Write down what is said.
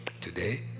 today